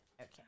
okay